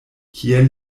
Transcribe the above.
kiel